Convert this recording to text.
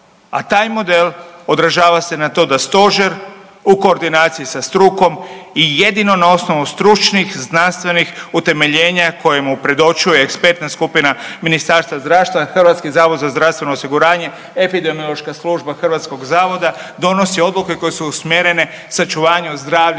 a taj model odražava se na to da stožer u koordinaciji sa strukom i jedino na osnovu stručnih, znanstvenih utemeljenja koje mu predočuje ekspertna skupina Ministarstva zdravstva, HZZO, Epidemiološka služba hrvatskog zavoda donosi odluke koje su usmjerene sačuvanju zdravlja